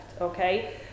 okay